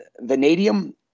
vanadium